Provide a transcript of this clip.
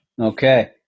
Okay